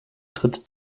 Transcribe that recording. tritt